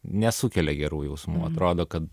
nesukelia gerų jausmų atrodo kad